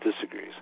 disagrees